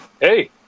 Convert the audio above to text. Hey